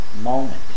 moment